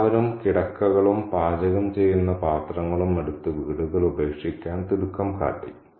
എല്ലാവരും കിടക്കകളും പാചകം ചെയ്യുന്ന പാത്രങ്ങളും എടുത്ത് വീടുകൾ ഉപേക്ഷിക്കാൻ തിടുക്കം കാട്ടി